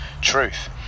truth